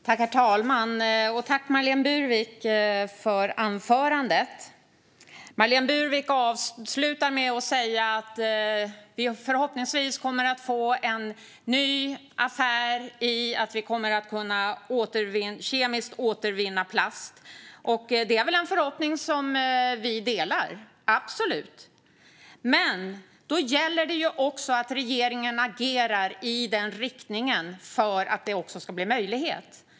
Herr talman! Tack, Marlene Burwick, för anförandet! Marlene Burwick avslutade med att säga att vi förhoppningsvis kommer att få en ny affär i att kemiskt kunna återvinna plast. Det är en förhoppning som vi delar, absolut! Men då gäller det också att regeringen agerar i den riktningen för att det ska kunna bli möjligt.